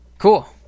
Cool